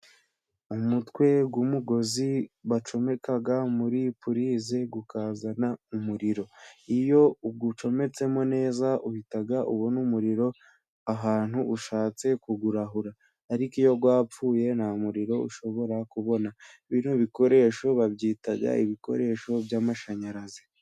Umutwe w'umugozi bacomeka muri pulize ukazana umuriro, iyo uwucometsemo neza uhita ubona umuriro ahantu ushatse kuwurahura, ariko iyo wapfuye nta muriro ushobora kubona. Bino bikoresho babyita ibikoresho by'amashanyarazi.